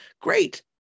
great